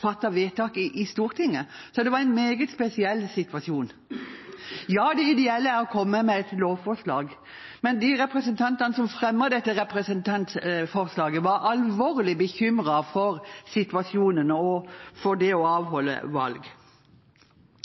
fattede vedtak i Stortinget. Så det var en meget spesiell situasjon. Ja, det ideelle er å komme med et lovforslag, men de representantene som fremmet dette representantforslaget, var alvorlig bekymret for situasjonen og for det å